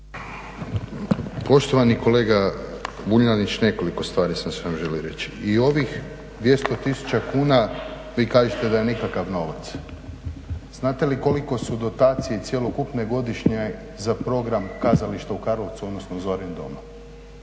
Poštovani kolega Vuljanić, nekoliko stvari sam samo želio reći. I ovih 200 000 kuna vi kažete da je nikakav novac. Znate li koliko su dotacije i cjelokupne godišnje za program kazališta u Karlovcu odnosno …, znate